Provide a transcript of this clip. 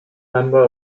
member